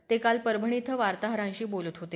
ते काल परभणी इथं वार्ताहरांशी बोलत होते